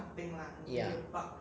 ya